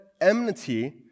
enmity